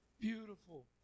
Beautiful